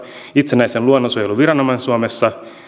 itsenäisen luonnonsuojeluviranomaisen suomessa